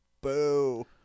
boo